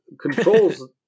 controls